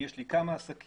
לי יש כמה עסקים,